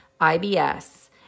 IBS